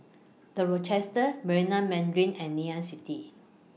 The Rochester Marina Mandarin and Ngee Ann City